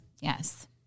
Yes